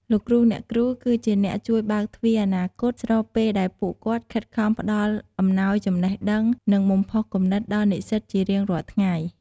លោកគ្រូ អ្នកគ្រូគឺជាអ្នកជួយបើកទ្វារអនាគត ស្របពេលដែលពួកគាត់ខិតខំផ្តល់អំណោយចំណេះដឹង និងបំផុសគំនិតដល់និស្សិតជារៀងរាល់ថ្ងៃ។